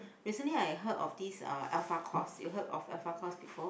recently I heard of this alpha course you heard of alpha course before